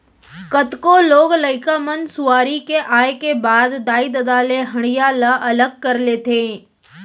कतको लोग लइका मन सुआरी के आए के बाद दाई ददा ले हँड़िया ल अलग कर लेथें